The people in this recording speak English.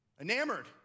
Enamored